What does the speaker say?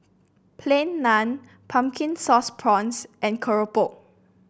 Plain Naan Pumpkin Sauce Prawns and keropok